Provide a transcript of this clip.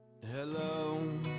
Hello